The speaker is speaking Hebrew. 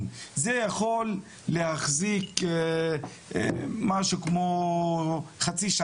אני חושבת דניאל שיש לך משימה מאוד מאוד חשובה.